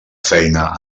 feina